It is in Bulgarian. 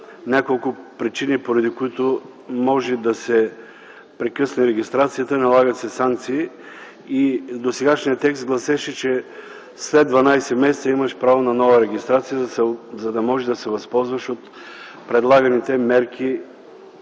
няколко причини, поради които може да се прекъсне регистрацията, налагат се санкции. Досегашният текст гласеше, че след 12 месеца имаш право на нова регистрация, за да може да се възползваш от предлаганите мерки